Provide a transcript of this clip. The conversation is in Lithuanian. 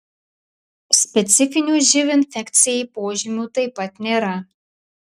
specifinių živ infekcijai požymių taip pat nėra